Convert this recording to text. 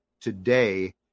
today